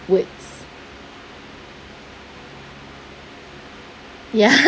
words ya